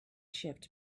shift